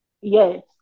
yes